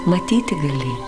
matyti gali